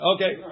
Okay